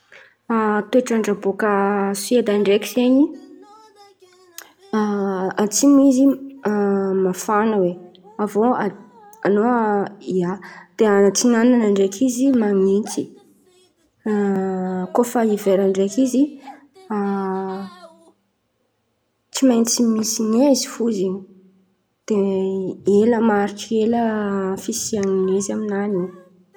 Toetrandra bôka Soeda ndreky zen̈y atsimo izy mafana oe. Avô anao ia, antsinana ndreky izy man̈intsy, kô fa hivelany ndreky izy tsy maintsy misy niezy fo zen̈y de ela maharitry ela fisiany niezy aminany io.